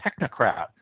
Technocrat